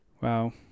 Wow